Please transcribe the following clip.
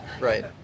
Right